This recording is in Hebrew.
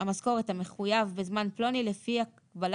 המשכורת המחייב בזמן פלוני לפי הקבלה